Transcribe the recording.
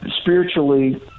spiritually